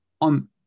on